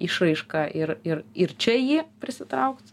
išraiška ir ir ir čia jį prisitraukt